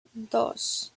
dos